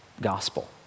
gospel